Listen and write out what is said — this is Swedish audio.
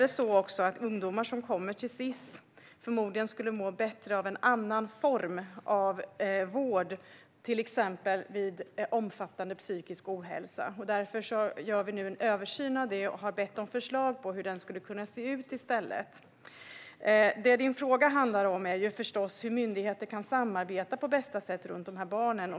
Många gånger skulle ungdomar som kommer till Sis förmodligen må bättre av en annan form av vård, till exempel vid omfattande psykisk ohälsa. Därför gör vi nu en översyn av detta och har bett om förslag på hur det skulle kunna se ut i stället. Det din fråga handlar om, Katarina Brännström, är förstås hur myndigheter kan samarbeta på bästa sätt runt de här barnen.